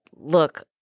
Look